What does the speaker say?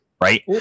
Right